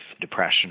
depression